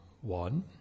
one